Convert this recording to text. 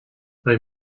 they